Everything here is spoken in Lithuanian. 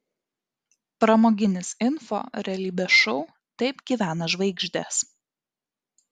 pramoginis info realybės šou taip gyvena žvaigždės